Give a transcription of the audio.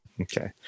Okay